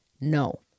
No